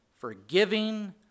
forgiving